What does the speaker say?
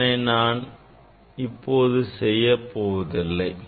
இதனை நான் இப்போது செய்யப்போவதில்லை